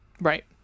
Right